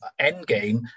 Endgame